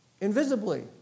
invisibly